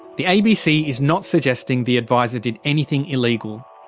the abc is not suggesting the adviser did anything illegal.